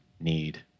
need